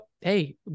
hey